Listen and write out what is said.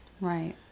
right